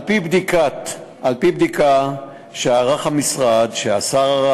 על-פי בדיקה שערך המשרד, שערך השר,